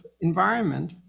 environment